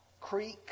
creek